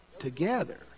together